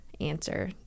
answer